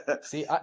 See